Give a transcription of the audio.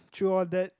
through all that